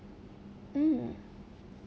mm